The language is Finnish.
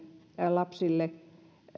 lapsille